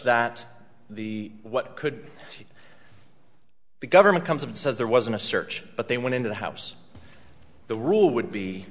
that the what could be the government comes and says there wasn't a search but they went into the house the rule would be